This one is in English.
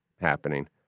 happening